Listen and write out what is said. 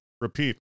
repeat